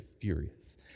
furious